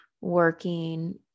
working